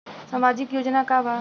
सामाजिक योजना का बा?